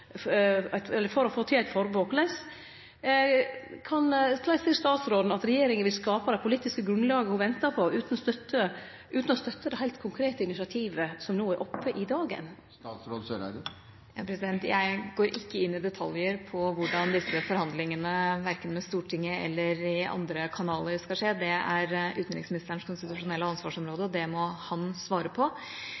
for å få til eit forbod. Korleis ser statsråden at regjeringa vil skape det politiske grunnlaget ho ventar på, utan å støtte det heilt konkrete initiativet som no er oppe i dagen? Jeg går ikke inn i detaljer på hvordan disse forhandlingene, verken med Stortinget eller i andre kanaler, skal skje. Det er utenriksministerens konstitusjonelle ansvarsområde, og det må han svare på.